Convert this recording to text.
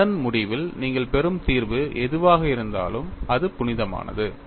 எனவே அதன் முடிவில் நீங்கள் பெறும் தீர்வு எதுவாக இருந்தாலும் அது புனிதமானது